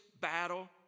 battle